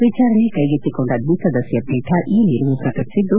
ವಿಚಾರಣೆ ಕೈಗೆತ್ತಿಕೊಂಡ ದ್ವಿಸದಸ್ಯ ಪೀಠ ಈ ನಿಲುವು ಪ್ರಕಟಿಸಿದ್ದು